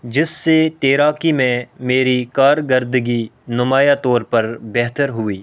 جس سے تیراکی میں میری کارگرردگی نمایاں طور پر بہتر ہوئی